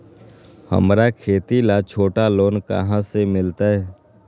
हमरा खेती ला छोटा लोने कहाँ से मिलतै?